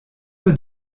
peu